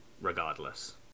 regardless